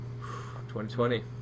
2020